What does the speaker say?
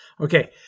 Okay